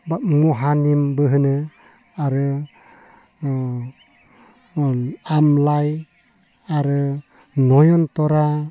बा महानिमबो होनो आरो आमलाइ आरो नयनतरा